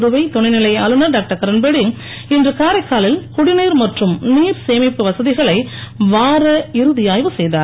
புதுவை துணை நிலை ஆளுநர் டாக்டர் கிரண்பேடி இன்று காரைக்காலில் குடிநீர் மற்றும் நீர்சேமிப்பு வசதிகளை வார இறுதி ஆய்வு செய்தார்